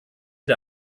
der